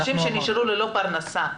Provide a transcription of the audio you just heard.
נשים שנשארו ללא פרנסה.